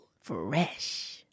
Fresh